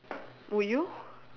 would you